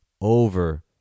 over